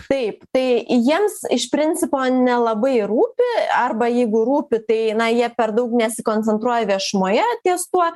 taip tai jiems iš principo nelabai rūpi arba jeigu rūpi tai na jie per daug nesikoncentruoja viešumoje ties tuo